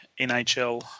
NHL